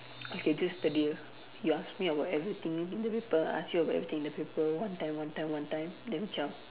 okay just the deal you ask me about everything in the paper I ask you everything in the paper one time one time one time then we zao